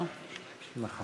הדרום.